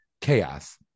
chaos